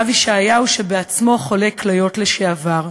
הרב ישעיהו, בעצמו חולה כליות לשעבר,